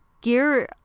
gear